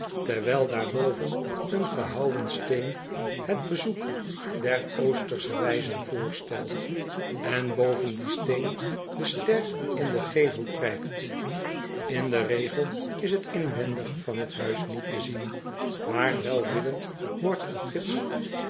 terwijl daar boven een gehouwen steen het bezoek der ostersche wijzen voorstelt en boven dien steen de ster in den gevel prijkt n den regel is het inwendige van het huis niet te zien maar welwillend wordt uw gids